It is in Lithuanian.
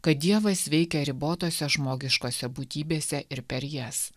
kad dievas veikia ribotose žmogiškose būtybėse ir per jas